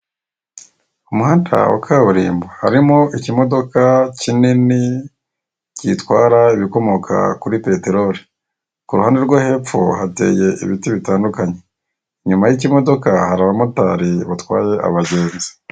Umuhanda wa kaburimbo, harimo ikimodoka kinini gitwara ibikomoka kuri peteroli, ku ruhande rwo hepfo hateye ibiti bitandukanye, inyuma y'ikimodoka hari abamotari batwaye abagenzi.